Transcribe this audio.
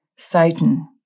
Satan